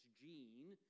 gene